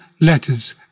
letters